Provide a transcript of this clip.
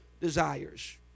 desires